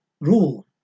rule